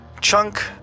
Chunk